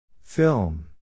Film